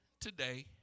today